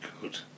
good